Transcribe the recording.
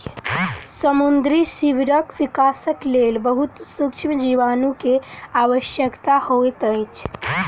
समुद्री सीवरक विकासक लेल बहुत सुक्ष्म जीवाणु के आवश्यकता होइत अछि